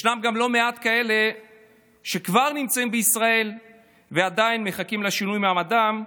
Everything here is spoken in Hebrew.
ישנם גם לא מעט כאלה שכבר נמצאים בישראל ועדיין מחכים לשינוי מעמדם,